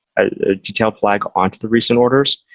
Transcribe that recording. a detailed flag onto the recent orders,